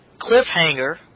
cliffhanger